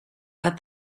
but